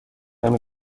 این